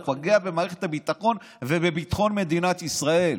הוא פוגע במערכת הביטחון ובביטחון מדינת ישראל.